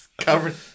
covered